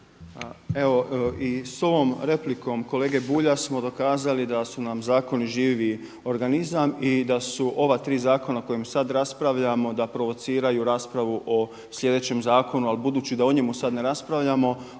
s ovom replikom kolege Bulja smo dokazali da su nam zakoni živi organizam i da su ova tri zakona o kojima sada raspravljamo da provociraju raspravu o sljedećem zakonu ali budući da o njemu sada ne raspravljamo